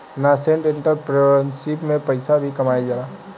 nascent entrepreneurship में पइसा भी कामयिल जाला